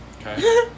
Okay